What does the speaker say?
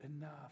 enough